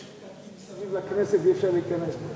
יש פקקים מסביב לכנסת ואי-אפשר להיכנס.